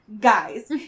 Guys